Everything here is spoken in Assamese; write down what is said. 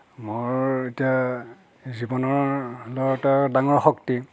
মোৰ এতিয়া জীৱনৰ ডাঙৰ শক্তি